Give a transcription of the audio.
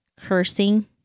cursing